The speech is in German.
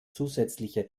zusätzliche